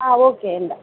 okay వెళదాం